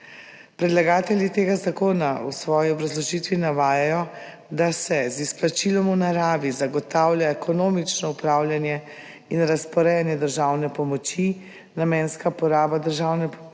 Predlagatelji tega zakona v svoji obrazložitvi navajajo, da se z izplačilom v naravi zagotavlja ekonomično upravljanje in razporejanje državne pomoči, namenska poraba državne pomoči